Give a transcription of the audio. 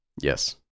yes